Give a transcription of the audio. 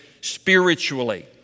spiritually